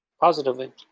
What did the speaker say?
Positively